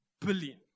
billion